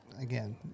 again